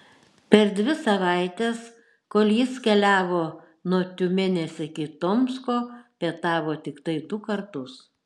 per dvi savaites kol jis keliavo nuo tiumenės iki tomsko pietavo tiktai du kartus